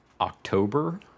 October